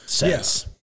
Yes